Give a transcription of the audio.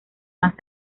más